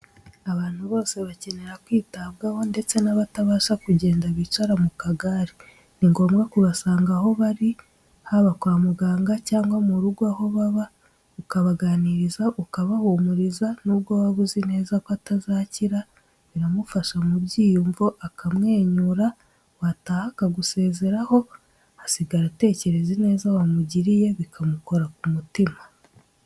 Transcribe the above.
Abantu bose bakenera kwitabwaho ndetse n'abatabasha kugenda bicara mu kagare, ni ngombwa kubasanga aho bari, haba kwa muganga cyangwa mu rugo aho baba, ukabaganiriza, ukabahumuriza n'ubwo waba uzi neza ko atazakira, biramufasha mu byiyumvo, akamwenyura, wataha akagusezeraho, asigara atekereza ineza wamugiriye, bikamukora ku mutima.